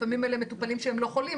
לפעמים אלה מטופלים שלא חולים,